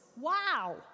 Wow